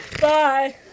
Bye